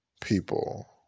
people